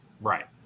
Right